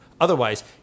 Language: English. Otherwise